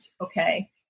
okay